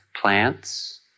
plants